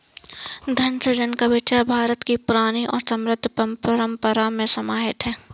धन सृजन का विचार भारत की पुरानी और समृद्ध परम्परा में समाहित है